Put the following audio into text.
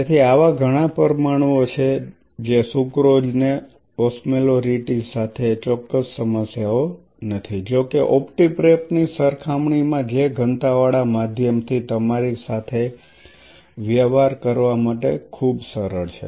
તેથી આવા ઘણા પરમાણુઓ છે જે સુક્રોઝ ને ઓસ્મોલેરિટી સાથે ચોક્કસ સમસ્યાઓ નથી જોકે ઓપ્ટી પ્રેપ ની સરખામણીમાં જે ઘનતા વાળા માધ્યમથી તમારી સાથે વ્યવહાર કરવા માટે ખૂબ સરળ છે